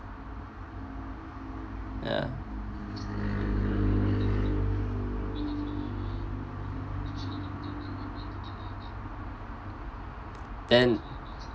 ya then